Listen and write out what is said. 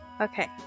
Okay